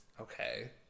okay